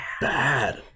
bad